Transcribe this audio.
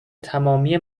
تمامی